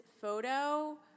photo